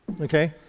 okay